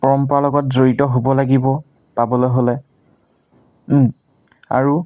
পৰম্পৰা লগত জড়িত হ'ব লাগিব পাবলৈ হ'লে আৰু